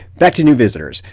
back to new visitors.